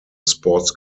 sports